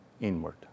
Inward